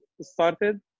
started